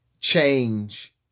change